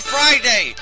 Friday